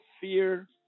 fear